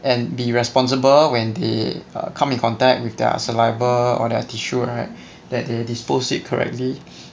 and be responsible when they err come in contact with their saliva or their tissue right that they dispose it correctly